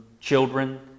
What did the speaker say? children